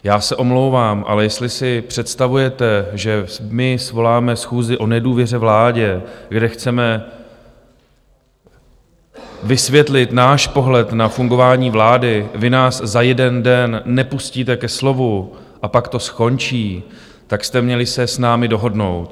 Já se omlouvám, ale jestli si představujete, že my svoláme schůzi o nedůvěře vládě, kde chceme vysvětlit náš pohled na fungování vlády, vy nás za jeden den nepustíte ke slovu a pak to skončí, tak jste měli se s námi dohodnout.